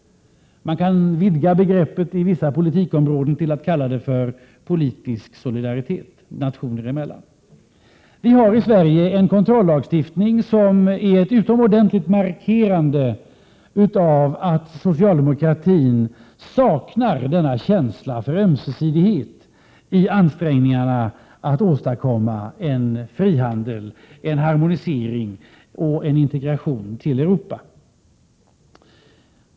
Man kan vidga begreppet inom vissa politikområden till att kalla det för politisk solidaritet nationer emellan. Vi har i Sverige en kontrollagstiftning som är ett utomordentligt markerande av att socialdemokratin saknar denna känsla för ömsesidighet i ansträngningarna att åstadkomma en frihandel, en harmonisering och en integration till Europa.